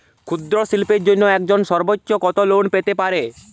ক্ষুদ্রশিল্পের জন্য একজন সর্বোচ্চ কত লোন পেতে পারে?